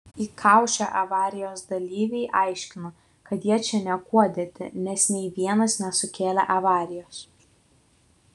įkaušę avarijos dalyviai aiškino kad jie čia niekuo dėti nes nei vienas nesukėlė avarijos